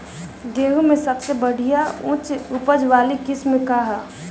गेहूं में सबसे बढ़िया उच्च उपज वाली किस्म कौन ह?